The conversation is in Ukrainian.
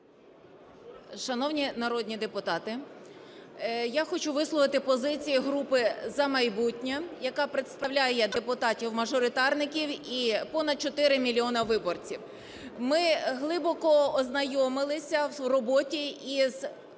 Шановні народні депутати, я хочу висловити позицію групи "За майбутнє", яка представляє депутатів-мажоритарників і понад 4 мільйони виборців. Ми глибоко ознайомилися в роботі із нормами